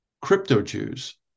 crypto-Jews